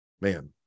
man